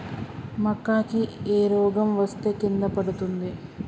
మక్కా కి ఏ రోగం వస్తే కింద పడుతుంది?